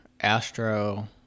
Astro